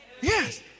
Yes